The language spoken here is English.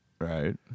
Right